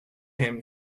him